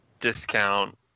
discount